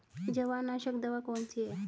जवार नाशक दवा कौन सी है?